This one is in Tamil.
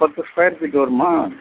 பத்து ஸ்கொயர் ஃபீட்டு வருமா